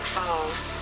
Falls